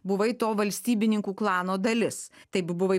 buvai to valstybininkų klano dalis taip buvai